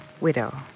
widow